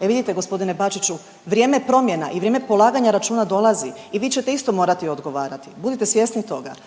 E vidite gospodine Bačiću, vrijeme promjena i vrijeme polaganja računa dolazi i vi ćete isto morati odgovarati, budite svjesni toga,